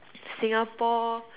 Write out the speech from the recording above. Singapore